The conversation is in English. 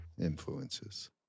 influences